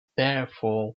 therefore